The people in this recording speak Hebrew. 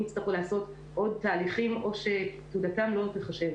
יצטרכו לעשות עוד תהליכים או שתעודתם לא תיחשב.